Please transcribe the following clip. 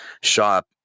shop